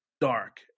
dark